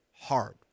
hard